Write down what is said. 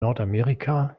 nordamerika